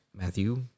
Matthew